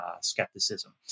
skepticism